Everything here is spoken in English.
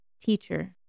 Teacher